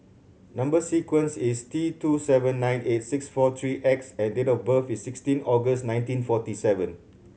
number sequence is T two seven nine eight six four three X and date of birth is sixteen August nineteen forty seven